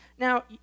Now